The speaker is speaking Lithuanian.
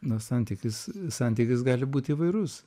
na santykis santykis gali būt įvairus